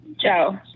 Joe